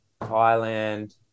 Thailand